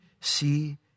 see